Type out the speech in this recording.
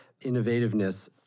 innovativeness